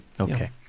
Okay